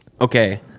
okay